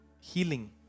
healing